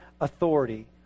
authority